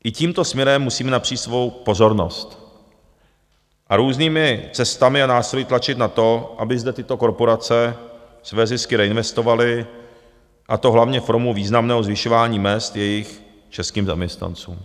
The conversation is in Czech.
I tímto směrem musíme napřít svou pozornost a různými cestami a násilím tlačit na to, aby zde tyto korporace své zisky reinvestovaly, a to hlavně formou významného zvyšování mezd jejich českým zaměstnancům.